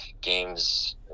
games